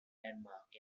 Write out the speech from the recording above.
landmark